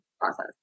process